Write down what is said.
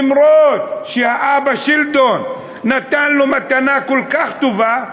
למרות שהאבא שלדון נתן לו מתנה כל כך טובה,